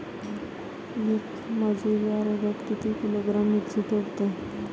येक मजूर या रोजात किती किलोग्रॅम मिरची तोडते?